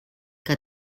que